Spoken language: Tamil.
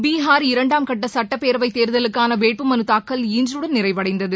பீகார் இரண்டாம்கட்டசுட்டப்பேரவைதேர்தலுக்கானவேட்பு மனுத்தாக்கல் இன்றுடன் நிறைவடைந்தது